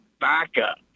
backup